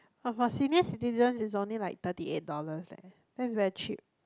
oh but senior citizens is only like thirty eight dollars leh that's very cheap